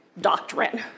doctrine